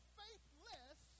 faithless